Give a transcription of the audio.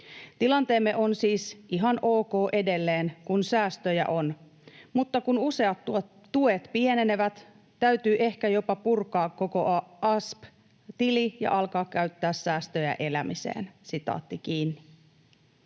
Tilanteemme on siis ihan ok edelleen, kun säästöjä on, mutta kun useat tuet pienenevät, täytyy ehkä jopa purkaa koko asp-tili ja alkaa käyttää säästöjä elämiseen.” ”Menetän kotini